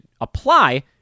apply